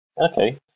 okay